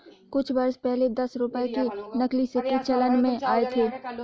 कुछ वर्ष पहले दस रुपये के नकली सिक्के चलन में आये थे